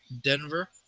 Denver